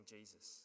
Jesus